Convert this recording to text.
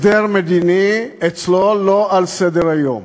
הסדר מדיני אצלו לא על סדר-היום,